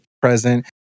present